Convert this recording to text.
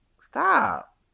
Stop